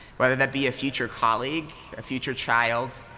whether that be a future colleague, a future child,